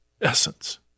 essence